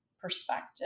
perspective